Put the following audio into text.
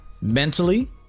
mentally